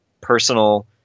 personal